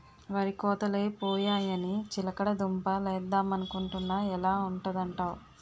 వరి కోతలై పోయాయని చిలకడ దుంప లేద్దమనుకొంటున్నా ఎలా ఉంటదంటావ్?